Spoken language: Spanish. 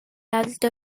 alto